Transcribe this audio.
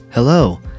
Hello